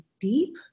deep